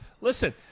Listen